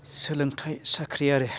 सोलोंथाइ साख्रि आरो